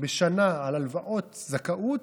בשנה על הלוואות זכאות,